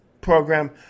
program